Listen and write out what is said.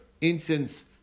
incense